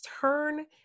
turn